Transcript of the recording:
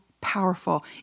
powerful